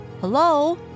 Hello